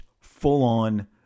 full-on